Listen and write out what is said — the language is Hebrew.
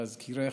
להזכירך,